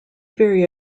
very